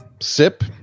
Sip